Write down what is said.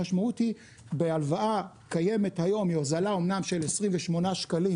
המשמעות היא בהלוואה קיימת כיום היא הוזלה אמנם של 28 שקלים